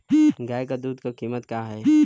गाय क दूध क कीमत का हैं?